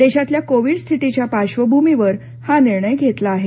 देशातल्या कोविड स्थितीच्या पार्श्वभूमीवर हा निर्णय घेतला आहे